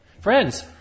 Friends